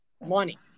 money